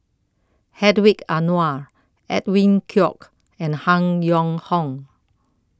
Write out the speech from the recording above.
Hedwig Anuar Edwin Koek and Han Yong Hong